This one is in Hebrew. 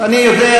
אני יודע,